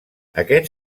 aquest